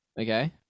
Okay